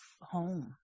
home